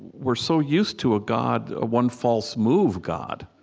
we're so used to a god a one-false-move god,